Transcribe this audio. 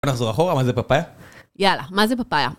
בוא נחזור אחורה, מה זה פאפאיה? יאללה, מה זה פאפאיה?